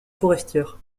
forestières